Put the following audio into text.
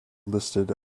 listed